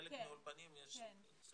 בחלק מהאולפנים יש סוג של פנימיות.